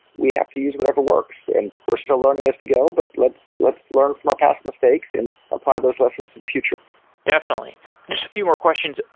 we have to use whatever works and we're still learning as we go, but let's let's learn from our past mistakes and apply those lessons to the future definitely. just a few more questions,